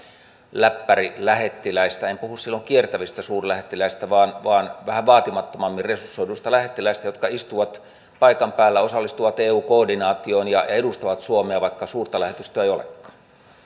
läppärilähettiläistä en puhu silloin kiertävistä suurlähettiläistä vaan vaan vähän vaatimattomammin resursoiduista lähettiläistä jotka istuvat paikan päällä osallistuvat eu koordinaatioon ja ja edustavat suomea vaikka suurta lähetystöä ei olekaan